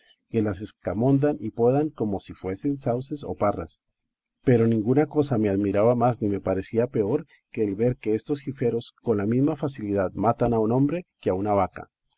que las escamondan y podan como si fuesen sauces o parras pero ninguna cosa me admiraba más ni me parecía peor que el ver que estos jiferos con la misma facilidad matan a un hombre que a una vaca